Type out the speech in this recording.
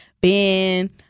Ben